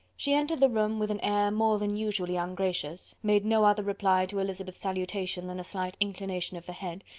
she entered the room with an air more than usually ungracious, made no other reply to elizabeth's salutation than a slight inclination of the head,